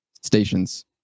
stations